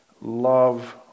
love